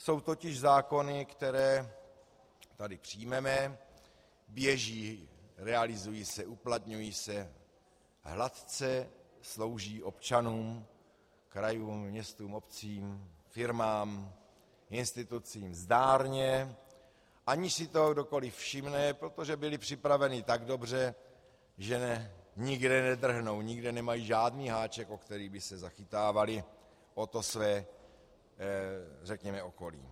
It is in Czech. Jsou totiž zákony, které tady přijmeme, běží, realizují se, uplatňují se hladce, slouží občanům, krajům, městům, obcím, firmám, institucím zdárně, aniž si toho kdokoli všimne, protože byly připraveny tak dobře, že nikde nedrhnou, nikde nemají žádný háček, o který by se zachytávaly o to své, řekněme, okolí.